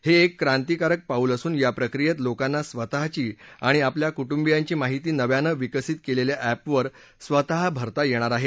हे एक क्रांतिकारक पाऊल असून या प्रक्रियेत लोकांना स्वतःची आणि आपल्या कुटुंबियांची माहिती नव्यानं विकसित केलेल्या एपवर स्वतः भरता येणार आहे